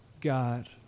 God